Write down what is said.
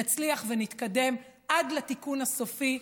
נצליח ונתקדם עד לתיקון הסופי,